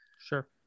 Sure